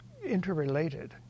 Interrelated